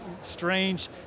strange